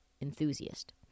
enthusiast